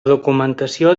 documentació